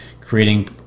creating